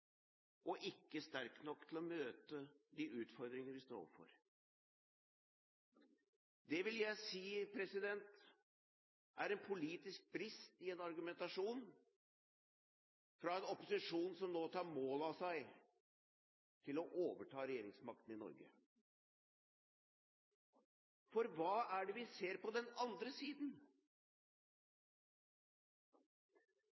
og ikke sterkt nok til å møte de utfordringene vi står overfor. Det vil jeg si er en politisk brist i en argumentasjon fra en opposisjon som nå tar mål av seg til å overta regjeringsmakten i Norge. For hva er det vi ser på den andre siden?